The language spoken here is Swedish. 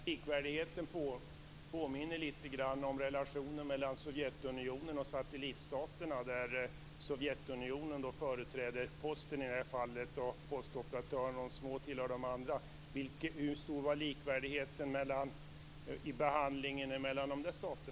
Herr talman! Den likvärdigheten påminner lite grann om relationen mellan Sovjetunionen och satellitstaterna, där Sovjetunionen i det här fallet företräder Posten och postoperatörerna företräder satellitstaterna. Hur stor var likheten i behandlingen när det gäller dessa stater?